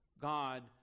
God